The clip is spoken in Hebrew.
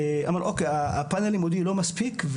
אמרנו אוקיי, הפן הלימודי לא מספיק.